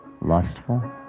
lustful